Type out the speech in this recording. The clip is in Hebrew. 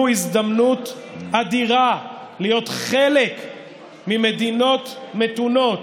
הזדמנות אדירה להיות חלק ממדינות מתונות,